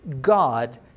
God